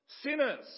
sinners